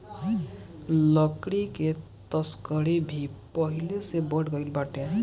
लकड़ी के तस्करी भी पहिले से बढ़ गइल बाटे